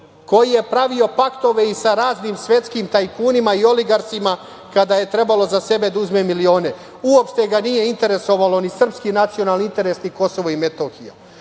koji je pravio paktove i sa raznim svetskim tajkunima i oligarsima kada je trebalo da uzme milione, uopšte ga nije interesovalo, ni srpski nacionalni interes, ni KiM.Ko je